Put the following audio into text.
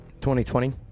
2020